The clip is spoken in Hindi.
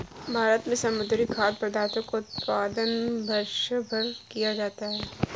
भारत में समुद्री खाद्य पदार्थों का उत्पादन वर्षभर किया जाता है